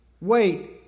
Wait